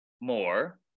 more